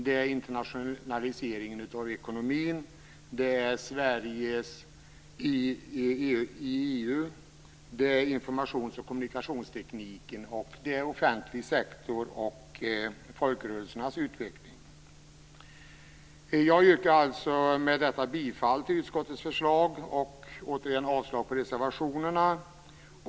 Det är internationaliseringen av ekonomin, Sveriges roll i EU, informations och kommunikationstekniken samt offentlig sektor och folkrörelsernas utveckling. Jag yrkar med detta bifall till utskottets förslag och återigen avslag på reservationerna.